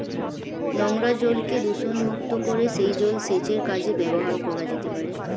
নোংরা জলকে দূষণমুক্ত করে সেই জল সেচের কাজে ব্যবহার করা যেতে পারে